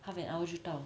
half an hour 就到